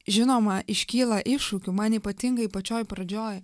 žinoma iškyla iššūkių man ypatingai pačioj pradžioj